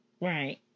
right